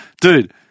dude